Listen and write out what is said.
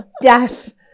death